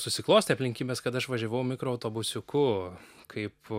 susiklostė aplinkybės kad aš važiavau mikroautobusiuku kaip